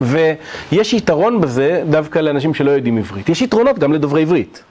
ויש יתרון בזה דווקא לאנשים שלא יודעים עברית, יש יתרונות גם לדוברי עברית.